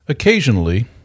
Occasionally